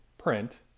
print